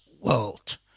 world